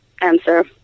answer